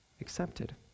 accepted